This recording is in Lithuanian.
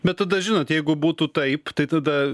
bet tada žinot jeigu būtų taip tai tada